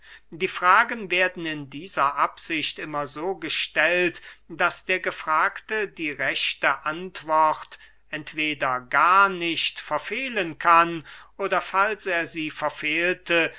die fragen werden in dieser absicht immer so gestellt daß der gefragte die rechte antwort entweder gar nicht verfehlen kann oder falls er sie verfehlte